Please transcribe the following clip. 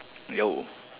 yo